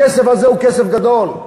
הכסף הזה הוא כסף גדול,